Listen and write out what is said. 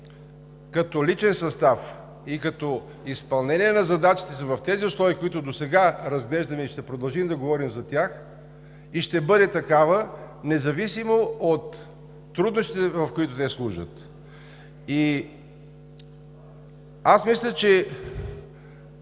като личен състав и като изпълнение на задачите си в тези условия, които досега разглеждахме и ще продължим да говорим за тях, и ще бъде такава независимо от трудностите, в които те служат. Аз мисля, че